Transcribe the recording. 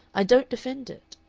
i don't defend it.